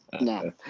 No